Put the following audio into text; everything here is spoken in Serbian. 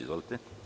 Izvolite.